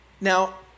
Now